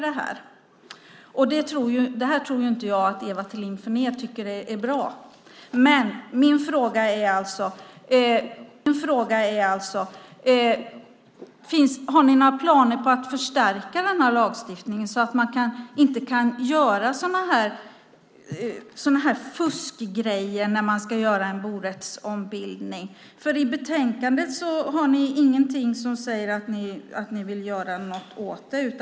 Det här tror inte jag Ewa Thalén Finné tycker är bra. Men min fråga är: Har ni några planer på att förstärka den här lagstiftningen så att man inte kan göra sådana här fuskgrejer när man ska göra en borättsombildning? I betänkandet har ni ingenting som säger att ni vill göra något åt det.